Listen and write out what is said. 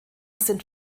sind